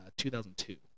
2002